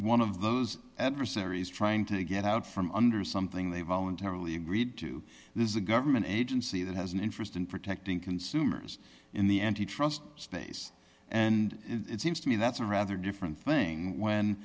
one of those adversaries trying to get out from under something they voluntarily agreed to this is a government agency that has an interest in protecting consumers in the antitrust space and it seems to me that's a rather different thing when